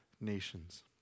nations